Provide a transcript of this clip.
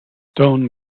stone